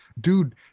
dude